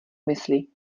mysli